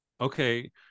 okay